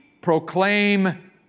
proclaim